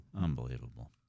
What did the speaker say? Unbelievable